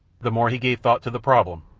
the more he gave thought to the problem,